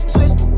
Twist